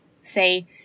say